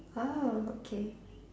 !wow! okay